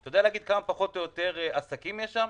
אתה יודע להגיד פחות או יותר כמה עסקים יש שם?